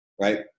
Right